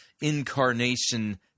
incarnation